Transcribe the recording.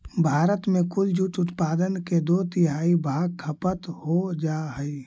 भारत में कुल जूट उत्पादन के दो तिहाई भाग खपत हो जा हइ